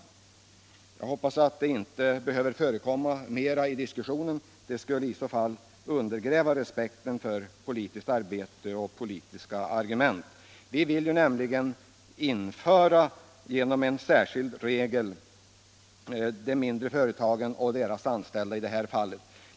Jag hoppas att den saken inte behöver förekomma mer i diskussionen. Sådana metoder undergräver respekten för politiskt arbete och politiska argument. Vi vill nämligen genom en särskild regel få med de mindre företagen och deras anställda i full utsträckning.